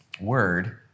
word